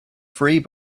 free